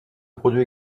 produit